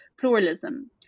pluralism